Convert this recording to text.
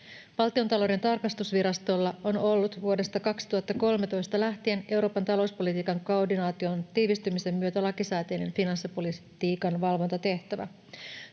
Valtiontalouden tarkastusvirastolla on ollut vuodesta 2013 lähtien Euroopan talouspolitiikan koordinaation tiivistymisen myötä lakisääteinen finanssipolitiikan valvontatehtävä.